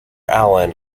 alan